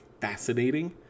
fascinating